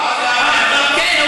כן,